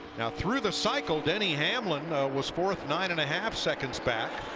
now through the cycle, denny hamlin was fourth nine and a half seconds back.